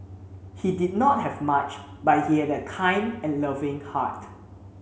he did not have much but he had a kind and loving heart